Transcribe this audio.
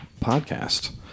podcast